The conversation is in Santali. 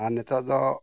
ᱟᱨ ᱱᱤᱛᱳᱜ ᱫᱚ